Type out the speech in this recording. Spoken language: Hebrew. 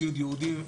ציוד ייעודי,